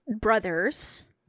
brothers